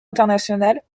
internationales